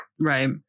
Right